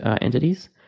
entities